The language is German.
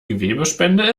gewebespende